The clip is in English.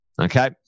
okay